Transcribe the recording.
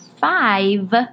five